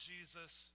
Jesus